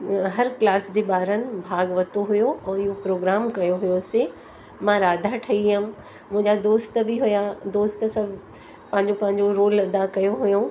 हर क्लास जे बारनि भाॻु वरितो हुओ और इहो प्रोग्राम कयो हुओसीं मां राधा ठहीं हुअमि मुंहिंजा दोस्त बि हुआ दोस्त सभु पंहिंजो पंहिंजो रोल अदा कयो हुओ